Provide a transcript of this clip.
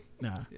Nah